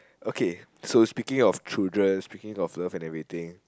okay so speaking of children speaking of love and everything